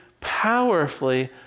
powerfully